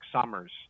summers